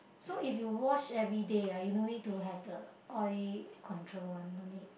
so if you wash everyday ah you no need to have the oil control one no need